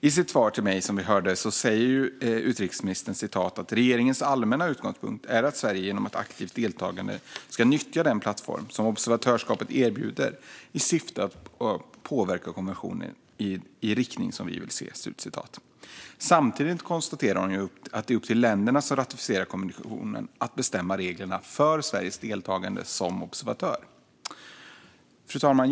I sitt svar till mig säger utrikesministern, som vi hörde: "Regeringens allmänna utgångspunkt är att Sverige genom aktivt deltagande ska nyttja den plattform som observatörskapet erbjuder i syfte att påverka konventionen i den riktning vi vill se." Samtidigt konstaterar hon att det är upp till länderna som ratificerat konventionen att bestämma reglerna för Sveriges deltagande som observatör. Fru talman!